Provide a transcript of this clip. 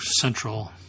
central